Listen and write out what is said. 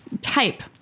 type